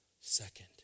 Second